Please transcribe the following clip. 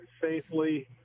safely